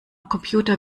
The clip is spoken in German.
computer